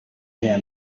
hair